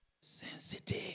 sensitive